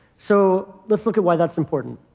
so let's look at why that's important.